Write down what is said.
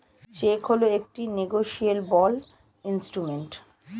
check হল একটি negotiable instrument